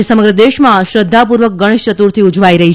આજે સમગ્ર દેશમાં શ્રદ્ધાપૂર્વક ગણેશ યતુર્થી ઉજવાઈ રહી છે